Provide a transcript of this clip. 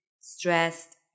stressed